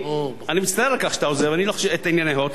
אני מצטער על כך שאתה עוזב את ענייני "הוט".